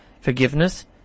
forgiveness